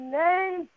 name